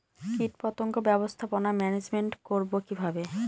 কীটপতঙ্গ ব্যবস্থাপনা ম্যানেজমেন্ট করব কিভাবে?